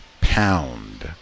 pound